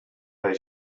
they